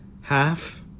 half